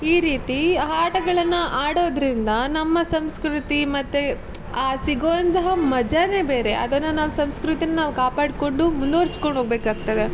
ಈ ರೀತಿ ಆ ಆಟಗಳನ್ನ ಆಡೋದರಿಂದ ನಮ್ಮ ಸಂಸ್ಕೃತಿ ಮತ್ತು ಆ ಸಿಗುವಂತಹ ಮಜಾನೇ ಬೇರೆ ಅದನ್ನು ನಾವು ಸಂಸ್ಕೃತಿಯನ್ನು ನಾವು ಕಾಪಾಡಿಕೊಂಡು ಮುಂದುವರೆಸ್ಕೊಂಡು ಹೋಗ್ಬೇಕಾಗ್ತದೆ